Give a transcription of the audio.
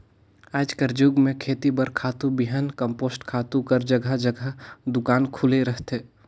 आएज कर जुग में खेती बर खातू, बीहन, कम्पोस्ट खातू कर जगहा जगहा दोकान खुले रहथे